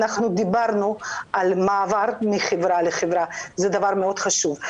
דיברנו על מעבר מחברה לחברה וזה דבר מאוד חשוב.